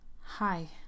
hi